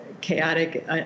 chaotic